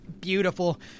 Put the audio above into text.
beautiful